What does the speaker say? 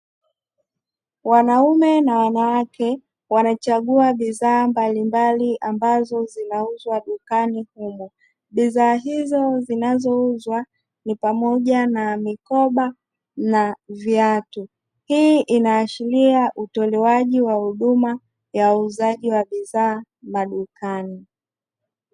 Wanaume na wanawake wanachagua bidhaa mbalimbali ambazo zinauzwa dukani humo. Bidhaa hizo zinazouzwa ni pamoja na mikoba na viatu, hii inaashiria utolewaji wa huduma ya uuzaji wa bidhaa madukani.